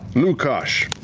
lukash.